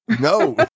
No